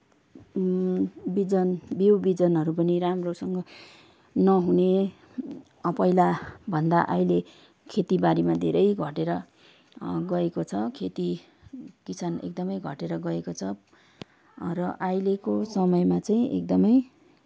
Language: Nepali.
बिजन बिउ बिजनहरू पनि राम्रोसँग नहुने पहिलाभन्दा अहिले खेतीबारीमा धेरै घटेर गएको छ खेती किसान एकदमै घटेर गएको छ र अहिलेको समयमा चाहिँ एकदमै